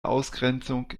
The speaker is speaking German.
ausgrenzung